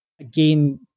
Again